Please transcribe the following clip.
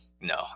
No